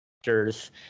actors